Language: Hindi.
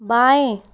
बाएं